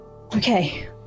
okay